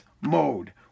mode